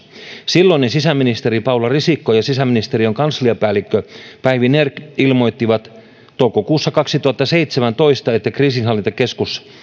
silloinen sisäministeri paula risikko ja sisäministeriön kansliapäällikkö päivi nerg ilmoittivat toukokuussa kaksituhattaseitsemäntoista että kriisinhallintakeskus